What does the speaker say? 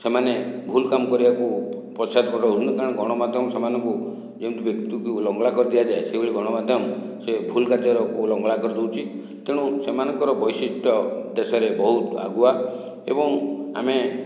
ସେମାନେ ଭୁଲ କାମ କରିବାକୁ ପଶ୍ଚାଦପଦ ହେଉନି କାରଣ ଗଣମାଧ୍ୟମ ସେମାନଙ୍କୁ ଯେମିତି ବ୍ୟକ୍ତିକୁ ଲଙ୍ଗଳା କରି ଦିଆଯାଏ ସେଭଳି ଗଣମାଧ୍ୟମ ସେ ଭୁଲ କାର୍ଯ୍ୟ ଲୋକକୁ ଲଙ୍ଗଳା କରିଦେଉଛି ତେଣୁ ସେମାନଙ୍କର ବୈଶିଷ୍ଟ୍ୟ ଦେଶରେ ବହୁତ ଆଗୁଆ ଏବଂ ଆମେ